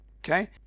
okay